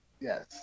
Yes